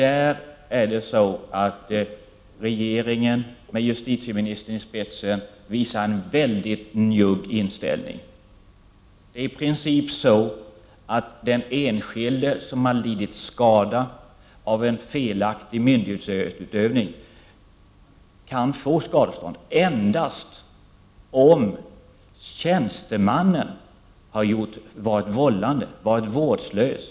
Men regeringen med justitieministern i spetsen visar en mycket njugg inställning i detta avseende. Det är i princip på det sättet att den enskilde som har lidit skada av en felaktig myndighetsutövning kan få skadestånd endast om tjänstemannen har varit vållande och vårdslös.